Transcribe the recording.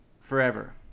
forever